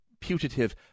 putative